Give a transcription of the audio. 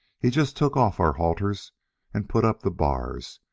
he just took off our halters and put up the bars,